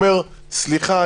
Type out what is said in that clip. הוא אומר: סליחה,